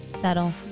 Settle